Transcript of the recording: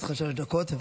לרשותך שלוש דקות.